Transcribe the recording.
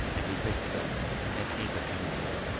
end he picked them and ate a handful.